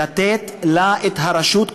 לתת לה את הרשות,